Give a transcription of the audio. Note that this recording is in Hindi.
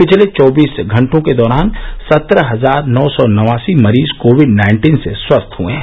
पिछले चौबीस घंटों के दौरान सत्रह हजार नौ सौ नवासी मरीज कोविड नाइन्टीन से स्वस्थ हए हैं